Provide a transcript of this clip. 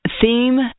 theme